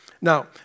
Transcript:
Now